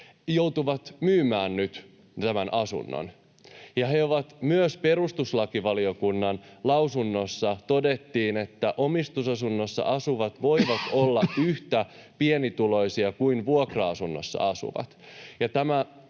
joutuvat myymään nyt tämän asunnon. Myös perustuslakivaliokunnan lausunnossa todettiin, että omistusasunnossa asuvat voivat olla yhtä pienituloisia kuin vuokra-asunnossa asuvat.